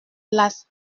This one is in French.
place